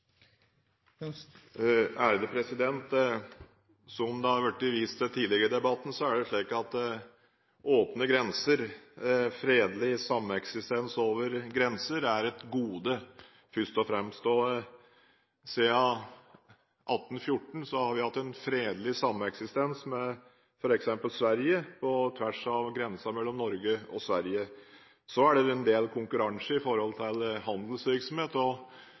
åpne grenser, fredelig sameksistens over grenser, først og fremst et gode. Siden 1814 har vi hatt fredelig sameksistens med f.eks. Sverige – på tvers av grensen mellom Norge og Sverige. Så er det en del konkurranse når det gjelder handelsvirksomhet.